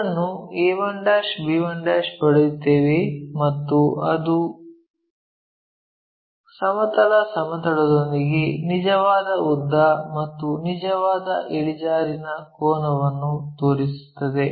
ಅದನ್ನು a b1 ಪಡೆಯುತ್ತೇವೆ ಮತ್ತು ಅದು ಸಮತಲ ಸಮತಲದೊಂದಿಗೆ ನಿಜವಾದ ಉದ್ದ ಮತ್ತು ನಿಜವಾದ ಇಳಿಜಾರಿನ ಕೋನವನ್ನು ತೋರಿಸುತ್ತದೆ